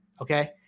Okay